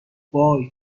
وای